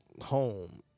home